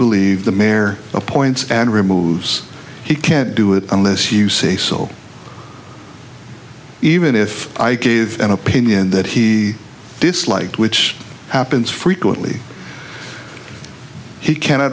believe the mayor appoints and removes he can't do it unless you say so even if i gave an opinion that he disliked which happens frequently he cannot